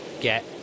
get